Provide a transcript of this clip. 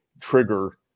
trigger